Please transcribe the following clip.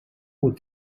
what